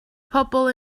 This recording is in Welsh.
pobl